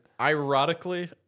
Ironically